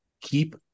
keep